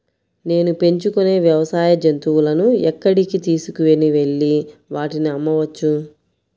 నేను పెంచుకొనే వ్యవసాయ జంతువులను ఎక్కడికి తీసుకొనివెళ్ళి వాటిని అమ్మవచ్చు?